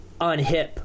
unhip